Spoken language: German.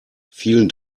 vielen